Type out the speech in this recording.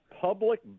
public